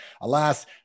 alas